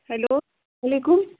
hello وعلیکُم